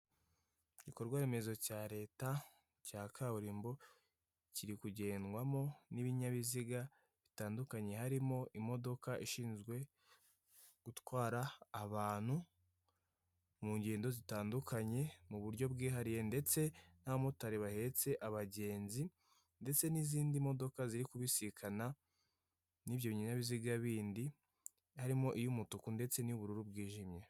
Igikorwaremezo cya leta cya kaburimbo kiri kugendwamo n'ibinyabiziga bitandukanye, harimo imodoka ishinzwe gutwara abantu mu ngendo zitandukanye mu buryo bwihariye ndetse n'abamotari bahetse abagenzi ndetse n'izindi modoka ziri kubisikana n'ibyo binyabiziga bindi, harimo iy'umutuku ndetse niy'ubururu bwijimye.